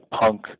punk